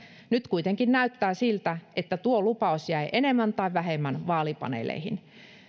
nyt kuitenkin näyttää siltä että tuo lupaus jäi enemmän tai vähemmän vaalipaneeleihin